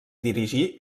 dirigí